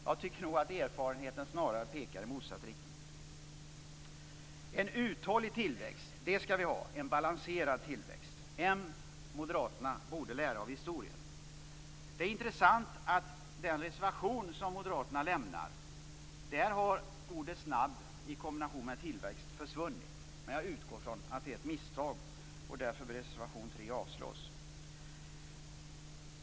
Jag tycker nog att erfarenheten snarare pekar i motsatt riktning. Vi skall ha en uthållig och en balanserad tillväxt. Moderaterna borde lära av historien. Det är intressant att i den reservation som moderaterna har avgivit har ordet "snabb" i kombination med "tillväxt" försvunnit. Jag utgår från att det är ett misstag, och därför bör reservation 3 avslås.